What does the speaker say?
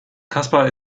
kaspar